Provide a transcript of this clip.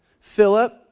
Philip